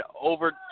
over